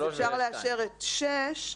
אפשר לאשר את 6,